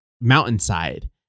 mountainside